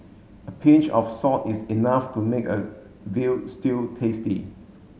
a pinch of salt is enough to make a veal stew tasty